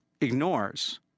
ignores